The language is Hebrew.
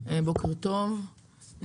בוקר טוב,